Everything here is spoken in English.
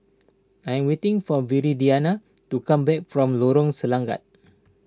I'm waiting for Viridiana to come back from Lorong Selangat